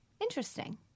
interesting